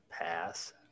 Pass